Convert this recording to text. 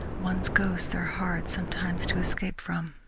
one's ghosts are hard sometimes to escape from,